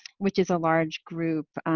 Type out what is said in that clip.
which is a large group.